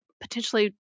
potentially